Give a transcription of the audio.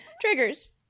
Triggers